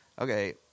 okay